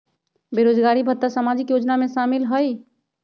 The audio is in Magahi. बेरोजगारी भत्ता सामाजिक योजना में शामिल ह ई?